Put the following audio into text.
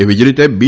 એવી જ રીતે બી